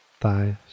thighs